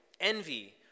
envy